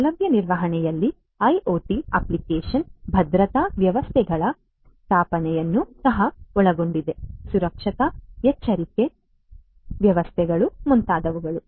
ಸೌಲಭ್ಯ ನಿರ್ವಹಣೆಯಲ್ಲಿ IoT application ಭದ್ರತಾ ವ್ಯವಸ್ಥೆಗಳ ಸ್ಥಾಪನೆಯನ್ನು ಸಹ ಒಳಗೊಂಡಿದೆ ಸುರಕ್ಷತಾ ಎಚ್ಚರಿಕೆ ವ್ಯವಸ್ಥೆಗಳು ಮುಂತಾದವುಗಳು